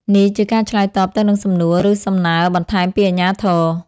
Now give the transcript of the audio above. នេះជាការឆ្លើយតបទៅនឹងសំណួរ ឬសំណើបន្ថែមពីអាជ្ញាធរ។